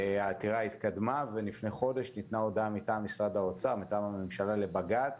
העתירה התקדמה ולפני חודש ניתנה הודעה מטעם הממשלה לבג"ץ